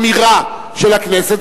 כאיזו אמירה של הכנסת,